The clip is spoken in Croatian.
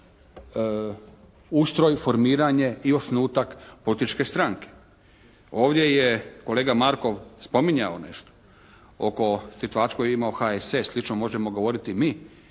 ustroj, formiranje i osnutak političke stranke. Ovdje je kolega Markov spominjao nešto oko, situaciju koju je imao HSS, slično možemo govoriti mi